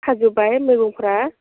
खाजोबबाय मैगंफ्रा